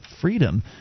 freedom